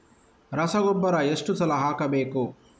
ರಸಗೊಬ್ಬರ ಎಷ್ಟು ಸಲ ಹಾಕಬೇಕು?